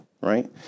right